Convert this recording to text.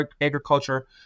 agriculture